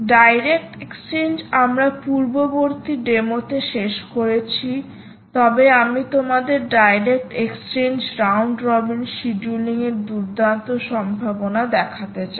direct exchange আমরা পূর্ববর্তী ডেমোতে শেষ করেছি তবে আমি তোমাদের ডাইরেক্ট এক্সচেঞ্জ রাউন্ড রবিন শিডিয়ুলিংয়ের দুর্দান্ত সম্ভাবনা দেখাতে চাই